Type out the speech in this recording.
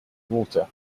walter